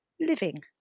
living